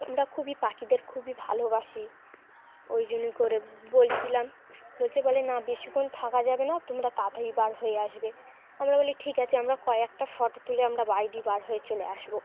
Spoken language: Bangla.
আমরা খুবই পাখিদের খুবই ভালোবাসি ওই জন্যই করে বলছিলাম বলছে বলে না বেশিক্ষণ থাকা যাবে না তোমরা তাড়াতাড়ি বার হয়ে আসবে আমরা বলি ঠিক আছে আমরা কয়েকটা ফটো তুলে আমরা বাইরেই বার হয়ে চলে আসবো